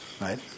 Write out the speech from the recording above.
Right